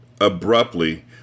Abruptly